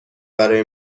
برای